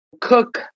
cook